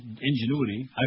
ingenuity